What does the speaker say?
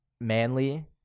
manly